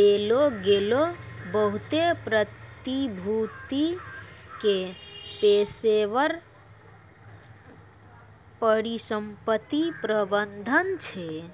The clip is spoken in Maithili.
देलो गेलो बहुते प्रतिभूति के पेशेबर परिसंपत्ति प्रबंधन छै